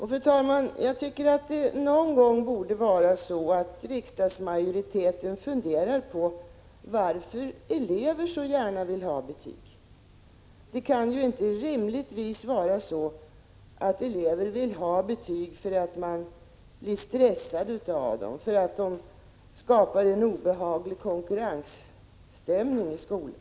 Jag tycker att det någon gång borde vara så att riksdagsmajoriteten funderar över varför elever så gärna vill ha betyg. Det kan ju rimligtvis inte vara så att elever vill ha betyg därför att de blir stressade av betygen och därför att dessa skulle skapa en obehaglig konkurrensstämning i skolan.